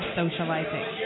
socializing